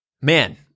Man